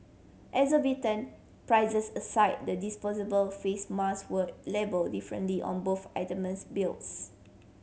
exorbitant prices aside the disposable face mask were labelled differently on both itemised bills